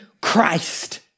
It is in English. Christ